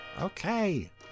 Okay